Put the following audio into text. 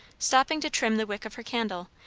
stopping to trim the wick of her candle,